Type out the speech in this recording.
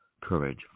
courage